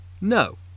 No